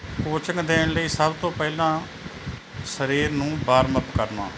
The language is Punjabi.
ਕੋਚਿੰਗ ਦੇਣ ਲਈ ਸਭ ਤੋਂ ਪਹਿਲਾਂ ਸਰੀਰ ਨੂੰ ਬਾਰਮ ਅਪ ਕਰਨਾ